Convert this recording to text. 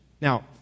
Now